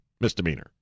Misdemeanor